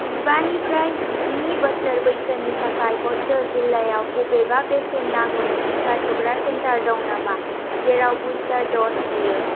जिबानिफ्राय जिस्नि बोसोर बैसोनि थाखाय बध्ध जिल्लायाव बबेबा बेसेन नाङै टिका थुग्रा सेन्टार दं नामा जेराव बुस्टार द'ज होयो